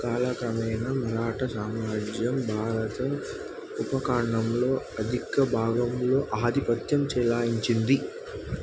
కాలక్రమేణా మరాఠా సామ్రాజ్యం భారత ఉపఖండంలో అధిక భాగంలో ఆధిపత్యం చెలాయించింది